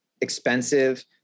expensive